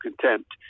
contempt—